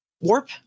warp